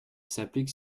s’applique